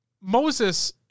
Moses